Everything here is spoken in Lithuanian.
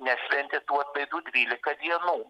nešventė tų atlaidų dvylika dienų